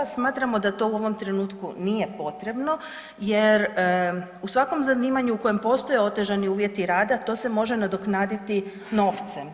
Smatramo da to u ovom trenutku nije potrebno jer u svakom zanimanju u kojem postoje otežani uvjeti rada to se može nadoknaditi novcem.